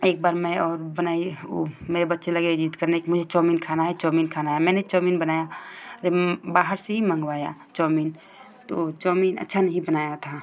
एक बार मैं और बनाई ओह मेरे बच्चे लगे ज़िद करने कि मुझे चाऊमीन खाना है चाऊमीन खाना है मैंने चाऊमीन बनाया बाहर से ही मँगवाया चाऊमीन तो चाऊमीन अच्छा नहीं बनाया था